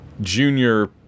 Junior